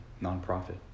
non-profit